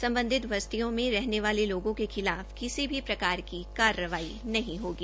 सम्बन्धित बस्तियों में रहने वाले लोगों के खिलाफ किसी भी प्रकार की कार्रवाई नही होगी